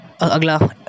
Agla